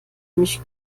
mich